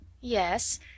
Yes